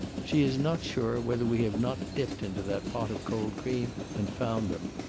she is not sure whether we have not dipped into that pot of cold cream and found them.